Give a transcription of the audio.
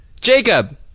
Jacob